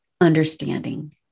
understanding